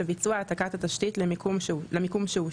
לביצוע העתקת התשתית למיקום שאושר,